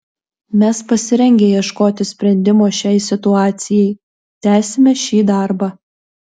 mes pasirengę ieškoti sprendimo šiai situacijai tęsime šį darbą